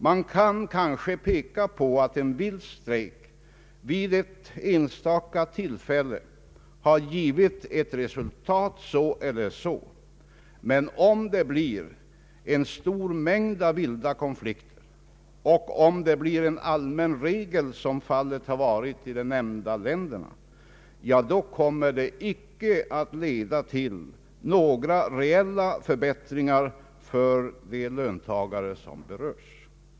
Man kan måhända peka på att en vid ett enstaka tillfälle förekommande vild strejk har givit ett visst resultat, men om det blir en stor mängd av vilda konflikter — eller om det blir en allmän regel att tillämpa denna strejkform, som fallet har varit i de nämnda länderna — kommer detta icke att leda till några reella förbättringar för de löntagare som berörs.